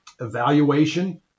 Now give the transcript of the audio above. Evaluation